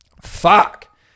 fuck